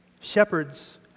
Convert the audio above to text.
Shepherds